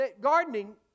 gardening